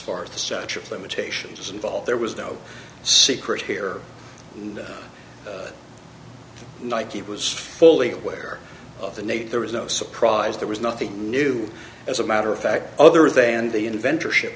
far as the statute of limitations is involved there was no secret here and nike was fully aware of the name there was no surprise there was nothing new as a matter of fact other than the inventor ship